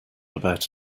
about